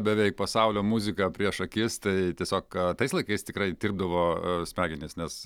beveik pasaulio muziką prieš akis tai tiesiog tais laikais tikrai tirpdavo smegenys nes